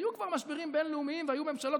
היו כבר משברים בין-לאומיים והיו ממשלות.